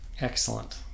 excellent